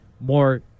more